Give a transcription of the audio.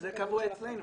וזה קבוע אצלנו.